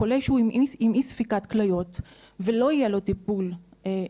חולה שהוא עם אי ספיקת כליות ולא יהיה לו טיפול מותאם,